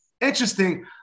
interesting